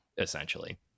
essentially